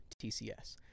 TCS